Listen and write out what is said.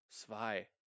zwei